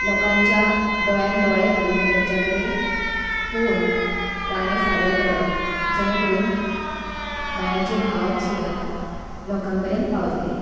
लोकांच्या दोळ्यान दोळे घालून तेंच्या कडेन पळोवून गाणें सादर करप जेणे करून गाण्याचे भाव सुद्दा लोकां पर्यंत पावतले